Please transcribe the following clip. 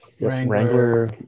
Wrangler